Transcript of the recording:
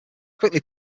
quickly